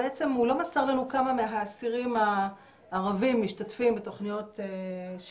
בעצם הוא לא מסר לנו כמה מהאסירים הערבים משתתפים בתוכניות שיקום,